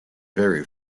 very